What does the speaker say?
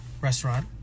restaurant